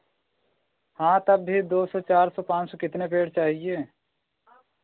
हाँ तब भी दो सौ चार सौ पाँच सौ कितने पेड़ चाहिए